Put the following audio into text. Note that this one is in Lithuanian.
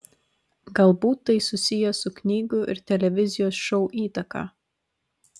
galbūt tai susiję su knygų ir televizijos šou įtaka